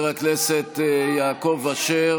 את עושה להם דה-לגיטימציה.